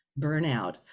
burnout